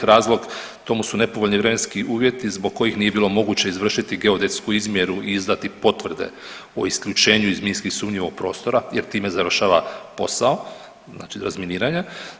Razlog tomu su nepovoljni vremenski uvjeti zbog kojih nije bilo moguće izvršiti geodetsku izmjeru i izdati potvrde o isključenju iz minski sumnjivog prostora jer time završava posao razminiranja.